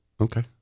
Okay